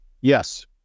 Yes